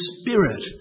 spirit